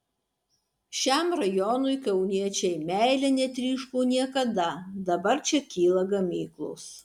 šiam rajonui kauniečiai meile netryško niekada dabar čia kyla gamyklos